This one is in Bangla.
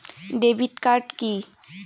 Debit card key?